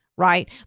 Right